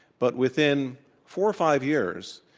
but within four or five years,